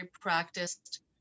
practiced